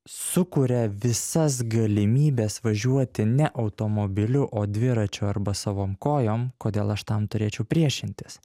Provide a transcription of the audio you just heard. sukuria visas galimybes važiuoti ne automobiliu o dviračiu arba savom kojom kodėl aš tam turėčiau priešintis